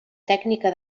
tècnica